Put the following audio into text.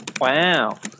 Wow